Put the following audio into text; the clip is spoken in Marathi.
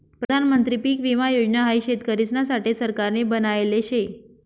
प्रधानमंत्री पीक विमा योजना हाई शेतकरिसना साठे सरकारनी बनायले शे